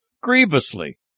grievously